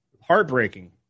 heartbreaking